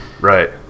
Right